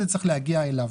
זה צריך להגיע אליו.